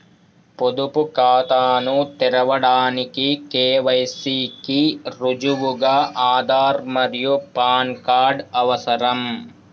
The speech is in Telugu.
పొదుపు ఖాతాను తెరవడానికి కే.వై.సి కి రుజువుగా ఆధార్ మరియు పాన్ కార్డ్ అవసరం